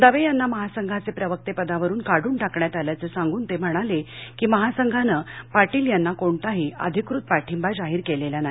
दवे यांना महासंघाचे प्रवके पदावरुन काढून टाकण्यात आल्याचं सांगून ते म्हणाले की महासंघाने पाटील यांना कोणताही अधिकृत पाठिंबा जाहीर केलेला नाही